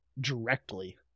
directly